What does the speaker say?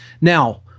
Now